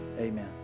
amen